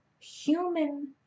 human